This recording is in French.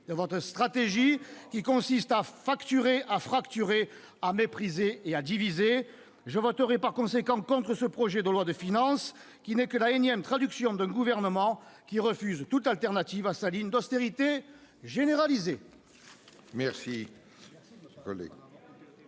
de votre stratégie, qui consiste à facturer, à fracturer, à mépriser, à diviser. Je voterai, par conséquent, contre ce projet de loi de finances, qui n'est que la énième traduction de la position d'un gouvernement refusant toute alternative à sa ligne d'austérité généralisée.